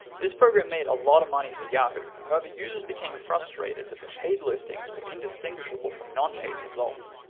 this program made a lot of money for yahoo, however users became frustrated that the paid listings were indistinguishable from non paid results.